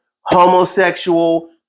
homosexual